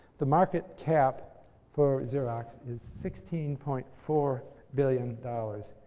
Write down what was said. the market cap for xerox is sixteen point four billion dollars.